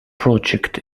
project